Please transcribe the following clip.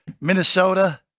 Minnesota